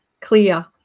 clear